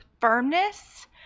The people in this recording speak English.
firmness